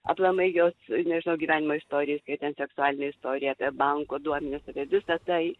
aplamai jos nežinau gyvenimo istoriją įskaitant seksualinę istoriją apie banko duomenis apie visą tai